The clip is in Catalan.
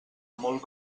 molt